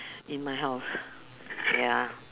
in my house ya